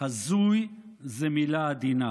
"הזוי" זאת מילה עדינה.